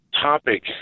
topic